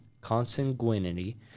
consanguinity